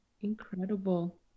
Incredible